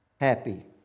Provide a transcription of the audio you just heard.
Happy